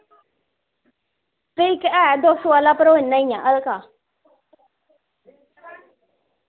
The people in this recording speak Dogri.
फिर इक है दो सौ आह्ला पर ओह् इ'य्यां ही ऐ हल्का